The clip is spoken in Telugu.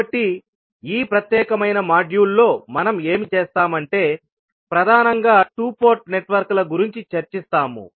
కాబట్టి ఈ ప్రత్యేకమైన మాడ్యూల్లో మనం ఏమి చేస్తాం అంటేప్రధానంగా 2 పోర్ట్ నెట్వర్క్ల గురించి చర్చిస్తాము